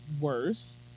worse